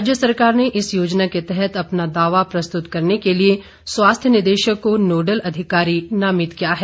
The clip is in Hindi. राज्य सरकार ने इस योजना के तहत अपना दावा प्रस्तुत करने के लिए स्वास्थ्य निदेशक को नोडल अधिकारी नामित किया है